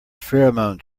pheromone